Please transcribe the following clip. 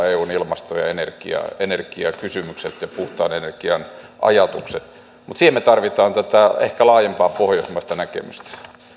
eun tulevat ilmasto ja ja energiakysymykset ja puhtaan energian ajatukset mutta siihen me tarvitsemme ehkä laajempaa pohjoismaista näkemystä